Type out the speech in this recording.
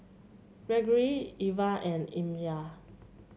Gregory Ivah and Amya